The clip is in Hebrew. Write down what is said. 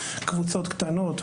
קבוצות קטנות,